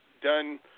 done